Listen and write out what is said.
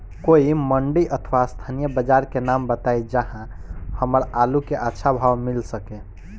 कोई मंडी अथवा स्थानीय बाजार के नाम बताई जहां हमर आलू के अच्छा भाव मिल सके?